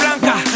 blanca